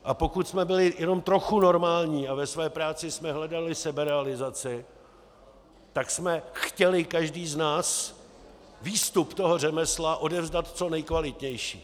A pokud jsme byli jenom trochu normální a ve své práci jsme hledali seberealizaci, tak jsme chtěli, každý z nás, výstup toho řemesla odevzdat co nejkvalitnější.